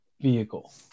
vehicle